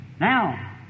Now